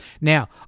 Now